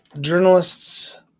Journalists